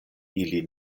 ili